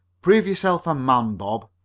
prove yourself a man, bob.